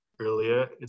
earlier